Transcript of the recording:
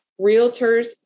Realtors